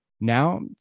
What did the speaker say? Now